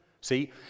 See